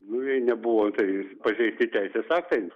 nu jei nebuvo tai pažeisti teisės aktai bus